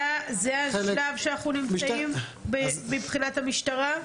זה השלב שאנחנו נמצאים מבחינת המשטרה?